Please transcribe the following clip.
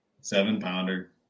Seven-pounder